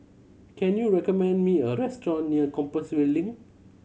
can you recommend me a restaurant near Compassvale Link